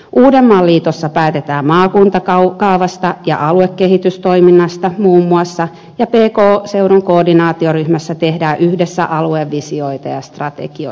uudenmaan liitossa päätetään muun muassa maakuntakaavasta ja aluekehitystoiminnasta ja pk seudun koordinaatioryhmässä tehdään yhdessä aluevisioita ja strategioita